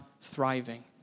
thriving